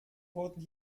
wurden